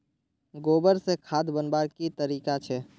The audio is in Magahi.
गोबर से खाद बनवार की तरीका छे?